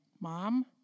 mom